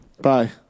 Bye